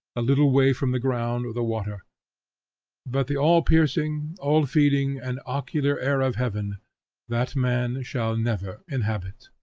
a little way from the ground or the water but the all-piercing, all-feeding, and ocular air of heaven that man shall never inhabit.